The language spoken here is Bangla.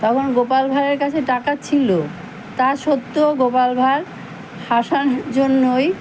তখন গোপাল ভাড়ের কাছে টাকা ছিল তা সত্ত্বেও গোপাল ভাঁড় হাসার জন্যই